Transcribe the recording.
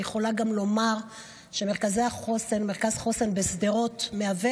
אני גם יכולה לומר שמרכז חוסן בשדרות מהווה